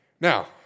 now